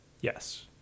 Yes